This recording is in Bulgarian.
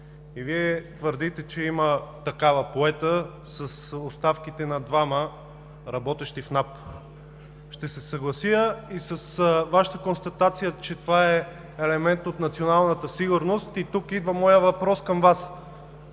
и Вие твърдите, че има такава, поета с оставките на двама работещи в НАП. Ще се съглася и с Вашата констатация, че това е елемент от националната сигурност. Тук идва моят въпрос към Вас: